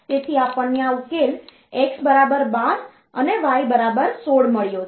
તેથી આપણને આ ઉકેલ x બરાબર 12 અને y બરાબર 16 મળ્યો છે